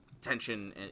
tension